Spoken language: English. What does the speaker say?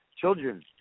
children